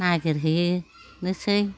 नागिरहैनोसै